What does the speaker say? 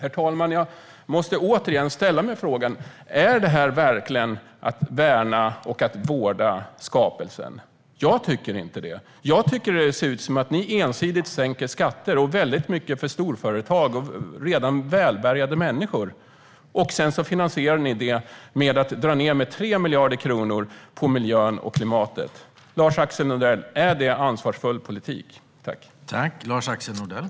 Jag måste återigen få ställa frågan om det här verkligen är att vårda och värna skapelsen. Jag tycker inte det. Jag tycker att det ser ut som att ni ensidigt sänker skatter, och väldigt mycket för storföretag och redan välbärgade människor. Sedan finansierar ni detta med att dra ned med 3 miljarder kronor på miljön och klimatet. Är detta ansvarsfull politik, Lars-Axel Nordell?